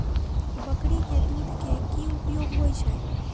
बकरी केँ दुध केँ की उपयोग होइ छै?